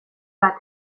bat